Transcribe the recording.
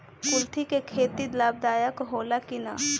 कुलथी के खेती लाभदायक होला कि न?